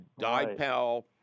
Dipel